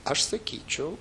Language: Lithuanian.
aš sakyčiau